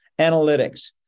Analytics